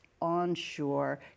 Onshore